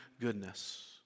goodness